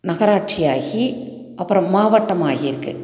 நகராட்சி ஆகி அப்புறம் மாவட்டம் ஆகியிருக்கு